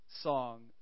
song